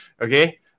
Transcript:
Okay